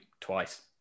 twice